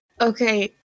Okay